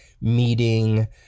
meeting